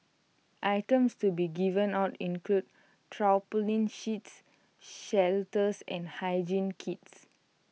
items to be given out include tarpaulin sheets shelters and hygiene kits